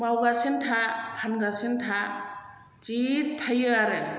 मावगासिनो था फानगासिनो था जि थायो आरो